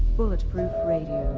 bulletproof radio,